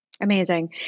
Amazing